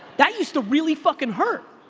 that used to really fucking hurt.